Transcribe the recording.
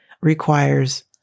requires